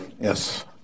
Yes